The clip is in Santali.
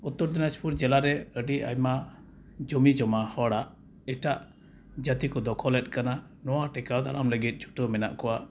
ᱩᱛᱛᱚᱨ ᱫᱤᱱᱟᱡᱽᱯᱩᱨ ᱡᱮᱞᱟᱨᱮ ᱟᱹᱰᱤ ᱟᱭᱢᱟ ᱡᱩᱢᱤᱼᱡᱚᱢᱟ ᱦᱚᱲᱟᱜ ᱮᱴᱟᱜ ᱡᱟᱹᱛᱤᱠᱚ ᱫᱚᱠᱷᱚᱞᱮᱫ ᱠᱟᱱᱟ ᱱᱚᱣᱟ ᱴᱮᱠᱟᱣ ᱫᱟᱨᱟᱢ ᱞᱟᱹᱜᱤᱫ ᱪᱷᱩᱴᱟᱹᱣ ᱢᱮᱱᱟᱜ ᱠᱚᱣᱟ